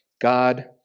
God